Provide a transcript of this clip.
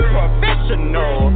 professional